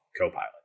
Copilot